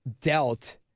dealt